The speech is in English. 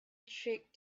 trick